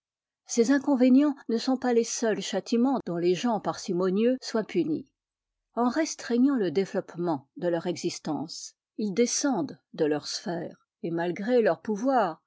ces inconvénients ne sont pas les seuls châtiments dont les gens parcimonieux soient punis en restreignant le développement de leur exis tence ils descendent de leur sphère et malgré leur pouvoir